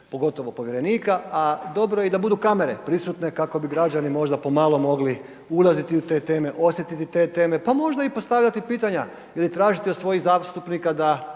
pogotovo povjerenika, a dobro je i da budu kamere prisutne kako bi građani možda pomalo mogli ulaziti u te teme, osjetiti te teme, pa možda i postavljati pitanja ili tražiti od svojih zastupnika da